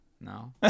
No